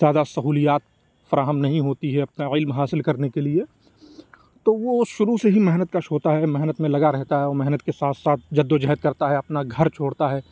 زیادہ سہولیات فراہم نہیں ہوتی ہے اتنا علم حاصل کرنے کے لیے تو وہ شروع سے ہی محنت کش ہوتا ہے محنت میں لگا رہتا ہے وہ محنت کے ساتھ ساتھ جد و جہد کرتا ہے اپنا گھر چھوڑتا ہے